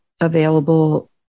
available